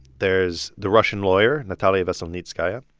there is the russian lawyer natalia veselnitskaya.